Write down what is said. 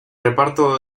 reparto